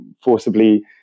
forcibly